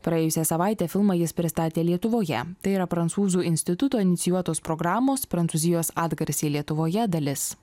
praėjusią savaitę filmą jis pristatė lietuvoje tai yra prancūzų instituto inicijuotos programos prancūzijos atgarsiai lietuvoje dalis